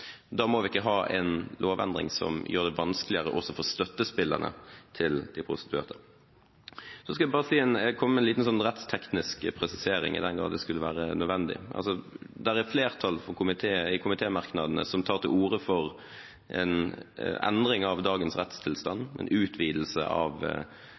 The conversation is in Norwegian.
Da må vi ikke ha en lovendring som gjør det vanskeligere også for støttespillerne til de prostituerte. Så skal jeg bare komme med en liten rettsteknisk presisering, i den grad det skulle være nødvendig. Det er et flertall i komitémerknadene som tar til orde for en endring av dagens rettstilstand, en utvidelse av